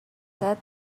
set